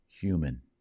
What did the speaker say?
human